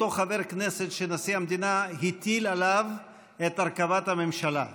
חבר כנסת שנשיא המדינה הטיל עליו את הרכבת הממשלה.